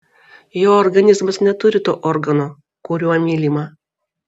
jo organizmas neturi to organo kuriuo mylima